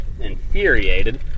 infuriated